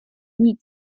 nic